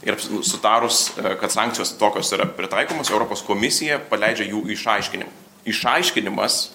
ir sutarus kad sankcijos tokios yra pritaikomos europos komisija paleidžia jų išaiškinimą išaiškinimas